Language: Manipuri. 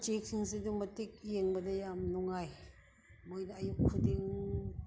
ꯎꯆꯦꯛꯁꯤꯡꯁꯤ ꯑꯗꯨꯛꯀꯤ ꯃꯇꯤꯛ ꯌꯦꯡꯕꯗ ꯌꯥꯝ ꯅꯨꯡꯉꯥꯏ ꯃꯈꯣꯏꯗ ꯑꯌꯨꯛ ꯈꯨꯗꯤꯡ